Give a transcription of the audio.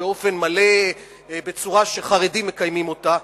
באופן מלא בצורה שחרדים מקיימים אותן,